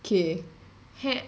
K ha~